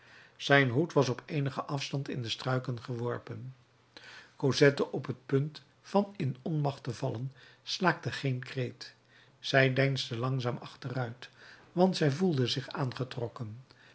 zijn hoed was op eenigen afstand in de struiken geworpen cosette op t punt van in onmacht te vallen slaakte geen kreet zij deinsde langzaam achteruit want zij voelde zich aangetrokken